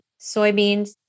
soybeans